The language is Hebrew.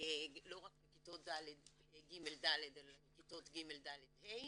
לא רק לכיתות ג'-ד' אלא גם לכיתות ג', ד', ה',